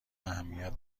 اهمیت